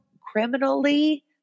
criminally